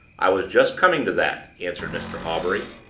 i was just coming to that, answered mr. hawbury.